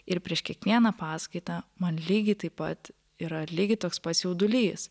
ir prieš kiekvieną paskaitą man lygiai taip pat yra lygiai toks pats jaudulys